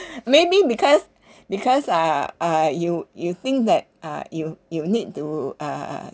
maybe because because uh uh you you think that uh you you need to uh